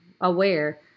aware